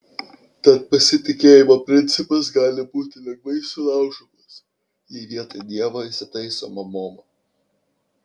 tad pasitikėjimo principas gali būti lengvai sulaužomas jei vietoj dievo įsitaiso mamona